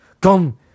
come